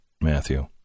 Matthew